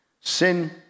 Sin